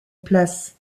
place